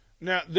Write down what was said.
Now